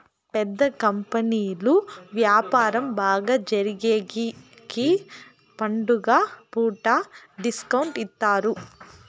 పెద్ద కంపెనీలు వ్యాపారం బాగా జరిగేగికి పండుగ పూట డిస్కౌంట్ ఇత్తారు